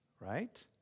right